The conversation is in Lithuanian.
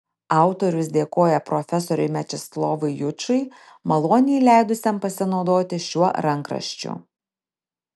autorius dėkoja profesoriui mečislovui jučui maloniai leidusiam pasinaudoti šiuo rankraščiu